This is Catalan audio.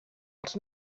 els